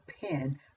pen